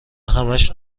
همش